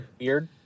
weird